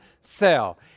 cell